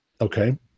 Okay